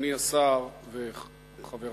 אדוני השר וחברי,